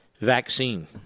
vaccine